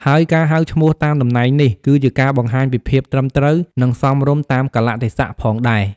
ហើយការហៅឈ្មោះតាមតំណែងនេះ គឺជាការបង្ហាញពីភាពត្រឹមត្រូវ និងសមរម្យតាមកាលៈទេសៈផងដែរ។